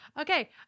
Okay